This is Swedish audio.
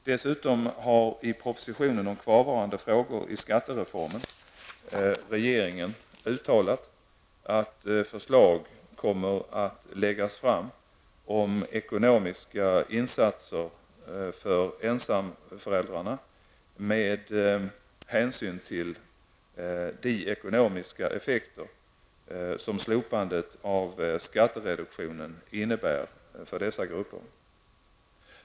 Dessutom har i propositionen om kvarvarande frågor i skattereformen, 1990/91:54, regeringen uttalat att förslag kommer att läggas fram om ekonomiska insatser för ensamföräldrarna med hänsyn till de ekonomiska effekter som slopandet av skattereduktionen innebär för dessa grupper.